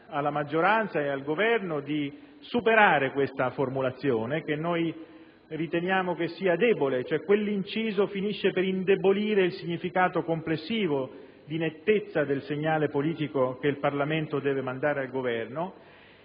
alla maggioranza e al Governo affinché venga superata questa formulazione, che riteniamo debole. Quell'inciso finisce per indebolire il significato complessivo di nettezza del segnale politico che il Parlamento deve mandare al Governo.